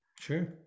sure